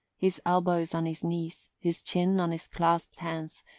his elbows on his knees, his chin on his clasped hands,